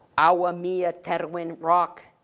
awa, mia, terwin, rock.